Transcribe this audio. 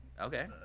Okay